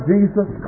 Jesus